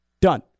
Done